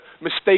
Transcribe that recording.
mistake